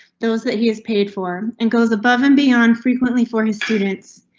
those that he is paid for and goes above and beyond frequently for his students.